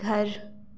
घर